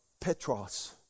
Petros